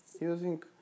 using